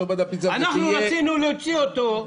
רצינו להוציא אותו.